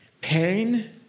pain